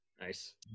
Nice